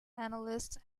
analysts